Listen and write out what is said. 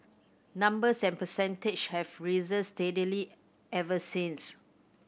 numbers and percentage have risen steadily ever since